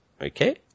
Okay